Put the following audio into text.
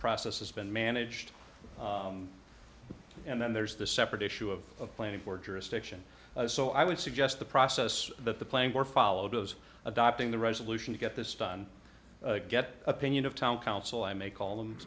process has been managed and then there's the separate issue of planning for jurisdiction so i would suggest the process that the playing or follow those adopting the resolution to get this done get opinion of town council i may call them